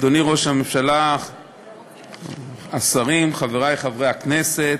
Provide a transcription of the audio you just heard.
אדוני ראש הממשלה, השרים, חברי חברי הכנסת,